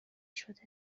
شده